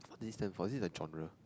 what these stand for is it the genre